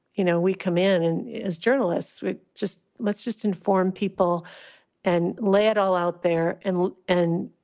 you know, we come in and as journalists, we just let's just inform people and lay it all out there. and and